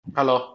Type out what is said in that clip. Hello